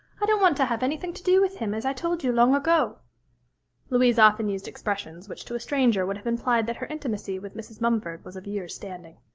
i don't want to have anything to do with him, as i told you long ago louise often used expressions which to a stranger would have implied that her intimacy with mrs. mumford was of years' standing.